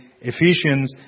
Ephesians